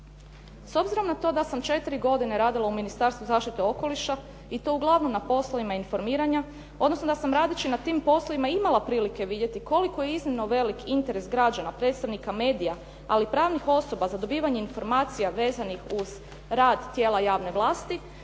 S obzirom na to da sam četiri godine radila u Ministarstvu zaštite okoliša i to uglavnom na poslovima informiranja, odnosno da sam radeći na tim poslovima imala prilike vidjeti koliko je iznimno velik interes građana, predstavnika medija, ali i pravnih osoba za dobivanje informacija vezanih uz rad tijela javne ovlasti,